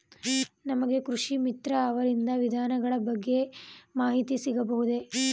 ನಮಗೆ ಕೃಷಿ ಮಿತ್ರ ಅವರಿಂದ ವಿಧಾನಗಳ ಬಗ್ಗೆ ಮಾಹಿತಿ ಸಿಗಬಹುದೇ?